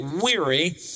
weary